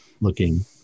looking